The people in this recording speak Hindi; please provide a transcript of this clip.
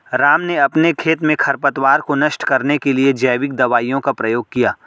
राम ने अपने खेत में खरपतवार को नष्ट करने के लिए जैविक दवाइयों का प्रयोग किया